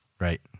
Right